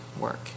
work